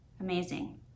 Amazing